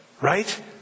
right